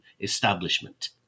establishment